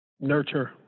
Nurture